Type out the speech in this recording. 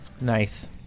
Nice